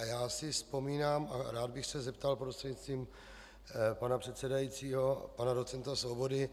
A já si vzpomínám a rád bych se zeptal prostřednictvím pana předsedajícího pana doc. Svobody.